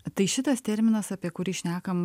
tai šitas terminas apie kurį šnekam